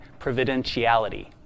providentiality